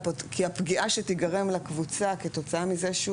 כי הפגיעה שתיגרם לקבוצה כתוצאה מזה שהוא